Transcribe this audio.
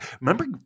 Remember